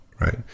right